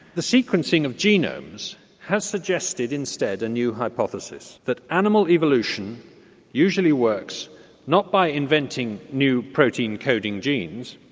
the sequencing of genomes has suggested instead a new hypothesis that animal evolution usually works not by inventing new protein-coding genes,